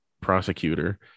prosecutor